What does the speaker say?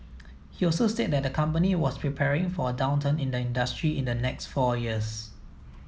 he also said that the company was preparing for a downturn in the industry in the next four years